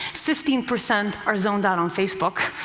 fifteen percent are zoned out on facebook,